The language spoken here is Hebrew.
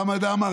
חמד עמאר?